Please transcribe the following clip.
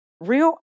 real